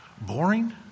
boring